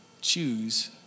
choose